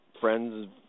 friends